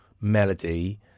melody